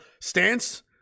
stance